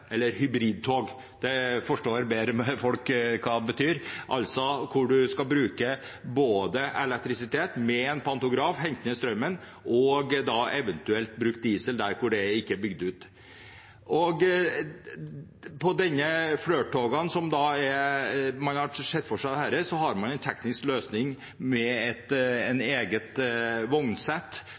eller hybridtog – det forstår folk bedre – hvor man skal bruke både elektrisitet ved å hente ned strømmen med en pantograf og eventuelt diesel der hvor det ikke er bygd ut. På Flirt-togene, hvor man har sett for seg dette, har man en teknisk løsning med et eget vognsett